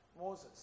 Moses